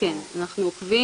כן, אנחנו עוקבים.